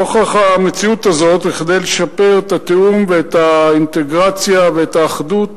נוכח המציאות הזאת וכדי לשפר את התיאום ואת האינטגרציה ואת האחדות